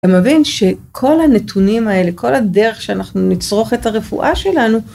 אתה מבין שכל הנתונים האלה, כל הדרך שאנחנו נצרוך את הרפואה שלנו,